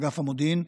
אגף המודיעין.